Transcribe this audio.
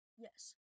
yes